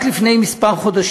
רק לפני חודשים